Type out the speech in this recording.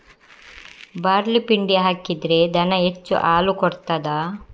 Barley ಪಿಂಡಿ ಹಾಕಿದ್ರೆ ದನ ಹೆಚ್ಚು ಹಾಲು ಕೊಡ್ತಾದ?